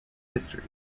history